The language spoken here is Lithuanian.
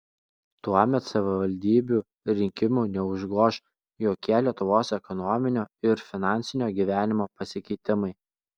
tuomet savivaldybių rinkimų neužgoš jokie lietuvos ekonominio ir finansinio gyvenimo pasikeitimai